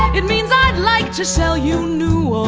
it means um like to sell you new.